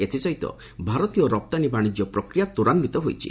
ଏଥିସହିତ ଭାରତୀୟ ରପ୍ତାନୀ ବାଣିଜ୍ୟ ପ୍ରକ୍ରିୟା ତ୍ୱରାନ୍ୱିତ ହୋଇଛି